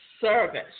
service